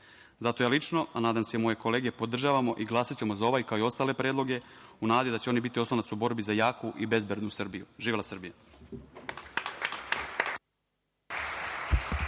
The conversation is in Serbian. Zato ja lično, a nadam se i moje kolege, podržavamo i glasaćemo za ovaj, kao i ostale predloge, u nadi da će oni biti oslonac u borbi za jaku i bezbednu Srbiju. Živela Srbija.